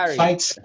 fights